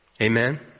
Amen